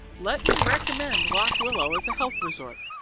let me recommend lock willow as a health resort.